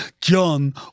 John